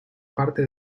parte